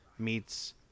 meets